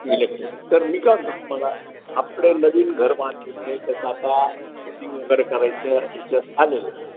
electric तर मी काय म्हणतो तुम्हाला आपले नवीन घर बांधलेले आहे त्याचं आता फिटिंग वगैरे करायचं ह्याच्या आलेलं